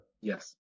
Yes